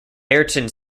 ayrton